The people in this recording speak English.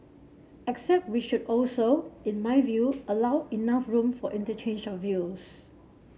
except we should also in my view allow enough room for interchange of views